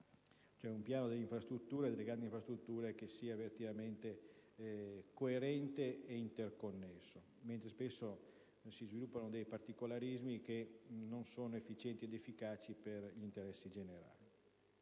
un piano di grandi infrastrutture che sia coerente ed interconnesso, considerato che spesso si sviluppano dei particolarismi che non sono efficienti ed efficaci per gli interessi generali.